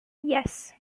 yes